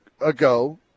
ago